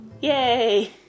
Yay